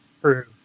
True